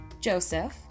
Joseph